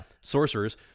Sorcerers